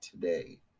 today